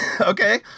Okay